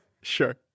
Sure